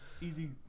Easy